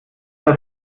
das